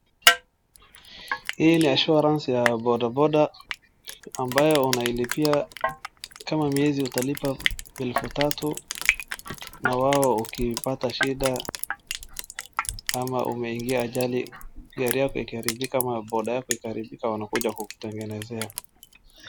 Hii ni [insurance] ya bodaboda ambayo unailipia kama miezi utalipa elfu tatu, na wao ukipata shida ama umeingia ajali gari yako ikaharibika ama boda yako ikiharibika wanakuja kukutengenezea.